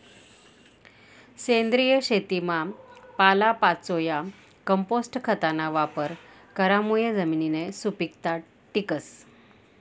सेंद्रिय शेतीमा पालापाचोया, कंपोस्ट खतना वापर करामुये जमिननी सुपीकता टिकस